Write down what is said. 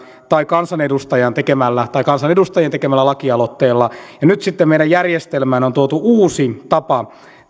tai kansanedustajan tai kansanedustajien tekemällä lakialoitteella nyt sitten meidän järjestelmään on tuotu uusi tapa